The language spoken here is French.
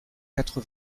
quatre